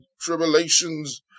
tribulations